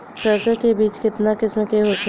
सरसो के बिज कितना किस्म के होखे ला?